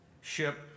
ship